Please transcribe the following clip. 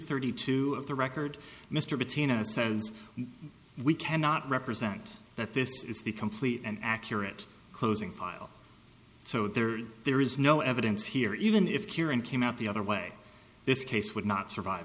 thirty two of the record mr bettina's says we cannot represent that this is the complete and accurate closing file so there is there is no evidence here even if cure and came out the other way this case would not survive